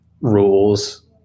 rules